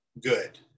good